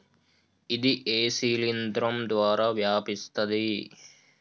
ఇది ఏ శిలింద్రం ద్వారా వ్యాపిస్తది?